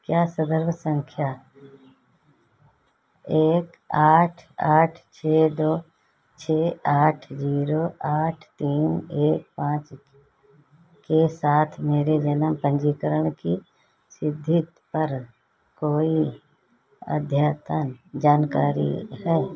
क्या सदर्भ संख्या एक आठ आठ छः दो छः आठ जीरो आठ तीन एक पाँच के साथ मेरे जन्म पंजीकरण की स्थिति पर कोई अद्यतन जानकारी है